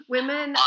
Women